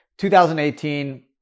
2018